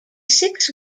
six